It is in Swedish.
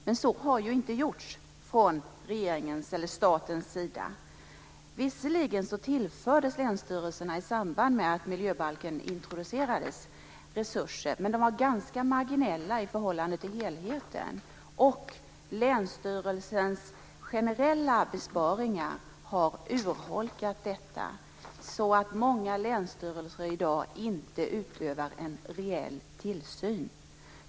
Men det har inte gjorts från regeringens eller statens sida. Visserligen tillfördes länsstyrelserna i samband med att miljöbalken introducerades resurser. Men de var ganska marginella i förhållande till helheten. Och länsstyrelsens generella besparingar har urholkat detta, så att många länsstyrelser i dag inte utövar en reell tillsyn.